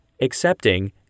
accepting